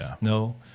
no